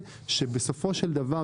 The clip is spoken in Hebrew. בסופו של דבר,